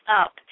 up